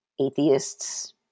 atheists